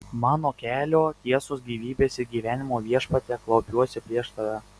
mano kelio tiesos gyvybės ir gyvenimo viešpatie klaupiuosi prieš tave